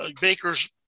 Baker's